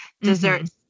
desserts